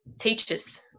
teachers